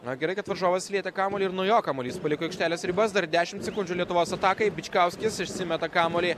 na gerai kad varžovas lietė kamuolį ir nuo jo kamuolys paliko aikštelės ribas dar dešimt sekundžių lietuvos atakai bičkauskis išsimeta kamuolį